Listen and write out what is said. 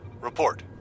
report